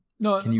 No